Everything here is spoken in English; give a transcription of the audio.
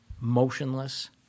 motionless